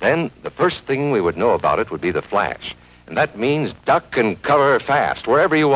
and the first thing we would know about it would be the flash and that means duck and cover fast wherever you